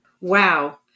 Wow